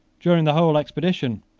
during the whole expedition,